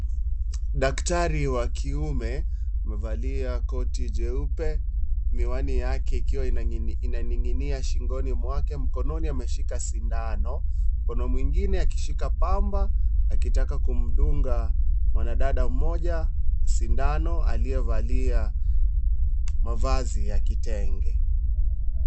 Daktari wa kiume amevalia koti jeupe, miwani yake ikiwa imaninginia shingoni mwake, mkononi ameshika sindano. Mkono mwingine akishika pamba akitaka kumdunga mwanadada mmoja sindano, aliyevalia mavazi ya kitenge.